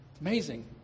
Amazing